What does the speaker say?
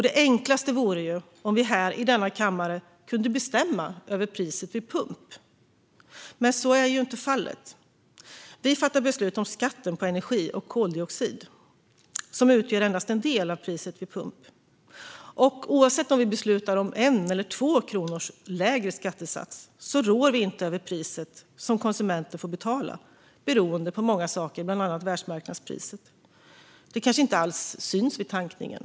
Det enklaste vore om vi här i denna kammare kunde bestämma över priset vid pump, men så är inte fallet. Vi fattar beslut om skatten på energi och koldioxid, som utgör endast en del av priset vid pump. Oavsett om vi beslutar om 1 eller 2 kronors sänkning av skattesatsen råder vi inte över det pris som konsumenterna får betala, beroende på många saker, bland annat världsmarknadspriset. Det kanske inte syns alls vid tankningen.